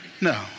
no